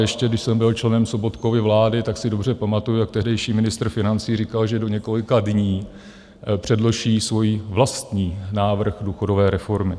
Ještě když jsem byl členem Sobotkovy vlády, tak si dobře pamatuji, jak tehdejší ministr financí říkal, že do několika dní předloží svůj vlastní návrh důchodové reformy.